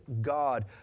God